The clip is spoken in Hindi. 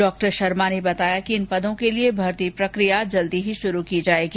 डॉक्टर शर्मा ने बताया कि इन पदों के लिए भर्ती प्रक्रिया जल्द शुरू की जाएगी